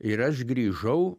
ir aš grįžau